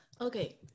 Okay